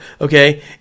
okay